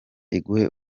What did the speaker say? iguhe